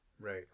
Right